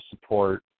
support